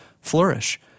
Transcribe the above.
flourish